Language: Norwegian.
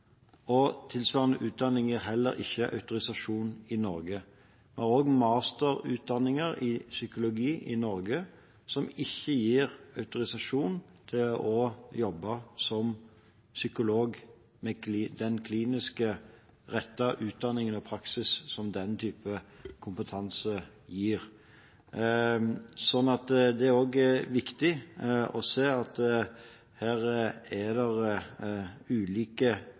og tilsvarende utdanning gir heller ikke autorisasjon i Norge. Vi har også masterutdanninger i psykologi i Norge som ikke gir autorisasjon til å jobbe som psykolog – med den klinisk rettede utdanning og praksis som gir den type kompetanse. Det er også viktig å se at det er